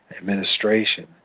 administration